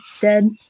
dead